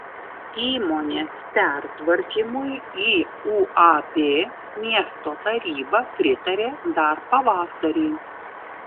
įmonės pertvarkymui į uab miesto taryba pritarė dar pavasarį